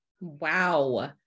Wow